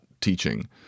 teaching